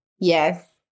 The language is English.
Yes